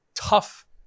Tough